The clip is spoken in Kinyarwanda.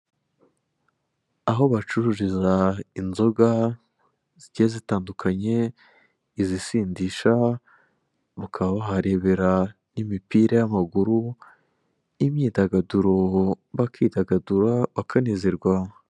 Aho bacururiza inzoga zigiye zitandukanye izisindisha mukaba waharebera imipira y'amaguru imyidagaduro bakidagadura bakanezerwa.